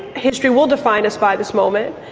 history will define us by this moment.